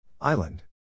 Island